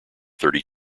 thirty